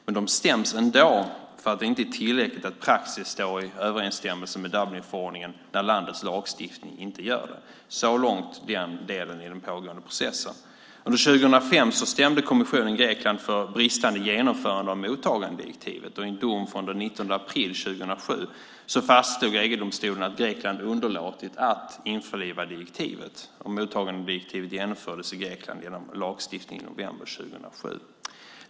Men det stäms ändå för att det inte är tillräckligt att praxis står i överensstämmelse med Dublinförordningen när landets lagstiftning inte gör det. Så långt har man kommit i den delen i den pågående processen. Under 2005 stämde kommissionen Grekland för bristande genomförande av mottagandedirektivet. I en dom från den 19 april 2007 fastslog EG-domstolen att Grekland underlåtit att införliva direktivet. Mottagandedirektivet genomfördes i Grekland genom lagstiftning i november 2007.